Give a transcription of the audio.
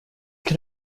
can